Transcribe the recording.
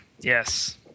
yes